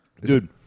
Dude